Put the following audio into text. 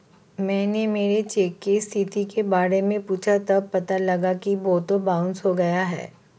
मैंने मेरे चेक की स्थिति के बारे में पूछा तब पता लगा कि वह तो बाउंस हो गया है